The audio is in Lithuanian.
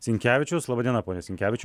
sinkevičius laba diena pone sinkevičiau